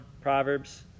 Proverbs